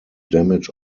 damage